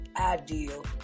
ideal